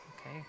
Okay